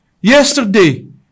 yesterday